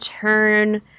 turn